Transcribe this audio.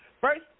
First